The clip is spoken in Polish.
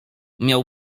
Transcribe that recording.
miał